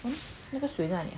eh 那个水在哪里